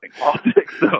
politics